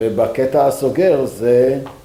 ובקטע הסוגר זה